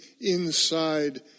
inside